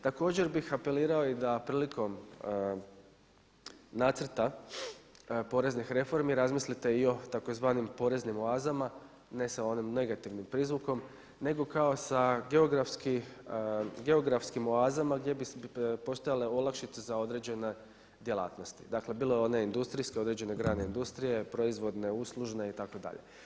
Također bih apelirao da i prilikom nacrta poreznih reformi razmislite i o tzv. poreznim oazama, ne sa onim negativnim prizvukom nego kao sa geografskim oazama gdje bi postojale olakšice za određene djelatnosti, dakle bile one industrijske određene grane industrije, proizvodne, uslužne itd.